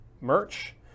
merch